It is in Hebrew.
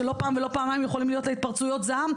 שלא פעם ולא פעמיים יכולות להיות לה התפרצויות זעם,